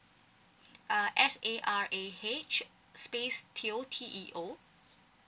uh S A R A H space teo T E O